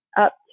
up